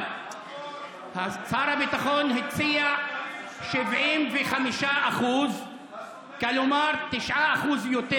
אבל שר הביטחון הציע 75% כלומר 9% יותר,